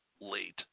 late